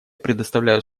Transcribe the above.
предоставляю